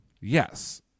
Yes